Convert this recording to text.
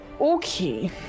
Okay